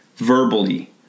Verbally